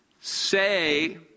say